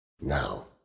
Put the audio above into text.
Now